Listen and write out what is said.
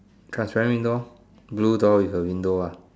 transparent window ah blue door with a window ah